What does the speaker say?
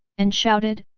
and shouted,